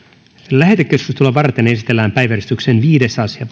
lähetekeskustelua varten esitellään päiväjärjestyksen viides asia